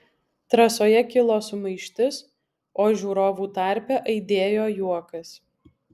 trasoje kilo sumaištis o žiūrovų tarpe aidėjo juokas